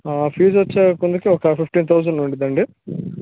fee వచ్చేసరికి ఒక fifteen thousand ఉంటుంది అండీ